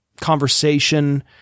conversation